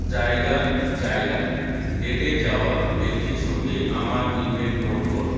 জায়গার জায়গায় ডেটে যাওয়া ব্যক্তির সঙ্গে আমার ইভেন্ট নোট করো